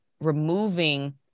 removing